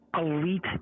elite